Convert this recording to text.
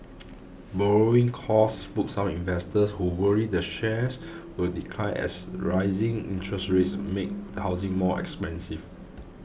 borrowing costs spooked some investors who worry the shares will decline as rising interest rates make housing more expensive